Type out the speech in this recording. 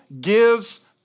gives